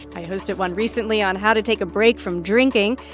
i hosted one recently on how to take a break from drinking.